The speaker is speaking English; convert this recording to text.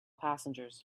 passengers